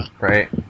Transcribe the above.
Right